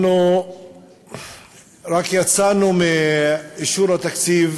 אנחנו רק יצאנו מאישור התקציב